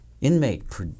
inmate